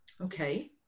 Okay